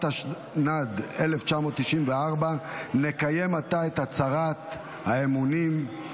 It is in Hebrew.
התשנ"ד 1994, נקיים עתה את הצהרת האמונים.